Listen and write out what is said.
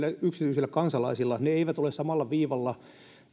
yksityisillä kansalaisilla ne eivät ole samalla viivalla